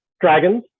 dragons